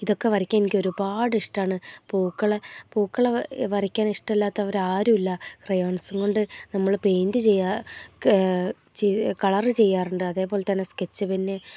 ഇതൊക്കെ വരയ്ക്കാൻ എനിക്ക് ഒരുപാട് ഇഷ്ടമാണ് പൂക്കൾ പൂക്കളെ വരയ്ക്കാൻ ഇഷ്ടമില്ലാത്തവരാരും ഇല്ല ക്രയോൺസുംകൊണ്ട് നമ്മൾ പെയിൻ്റ് കളറ് ചെയ്യാറുണ്ട് അതേപോലെത്തന്നെ സ്കെച്ച് പെന്ന്